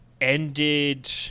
ended